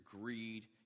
greed